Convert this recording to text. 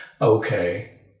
Okay